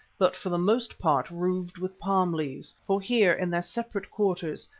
but for the most part roofed with palm leaves, for here, in their separate quarters,